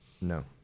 no